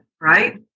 Right